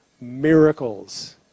miracles